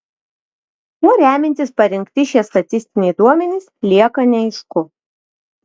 kuo remiantis parinkti šie statistiniai duomenys lieka neaišku